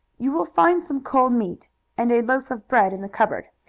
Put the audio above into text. you will find some cold meat and a loaf of bread in the cupboard.